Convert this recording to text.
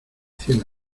cien